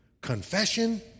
confession